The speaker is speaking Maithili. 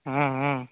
हँ हँ